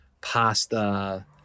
pasta